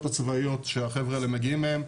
הצבאיות שהחבר'ה האלה מגיעים מהן,